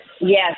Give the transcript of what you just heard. Yes